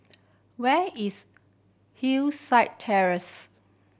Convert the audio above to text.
where is Hillside Terrace